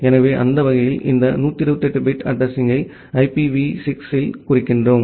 எனவே அந்த வகையில் இந்த 128 பிட் அட்ரஸிங்யை ஐபிவி 6 இல் குறிக்கிறோம்